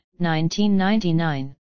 1999